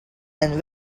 and